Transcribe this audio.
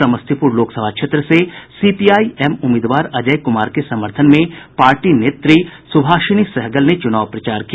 समस्तीपुर लोकसभा क्षेत्र से सीपीआईएम उम्मीदवार अजय कुमार के समर्थन में पार्टी नेत्री सुभाषिनी सहगल ने चुनाव प्रचार किया